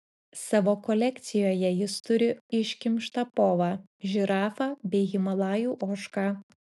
savo kolekcijoje jis turi iškimštą povą žirafą bei himalajų ožką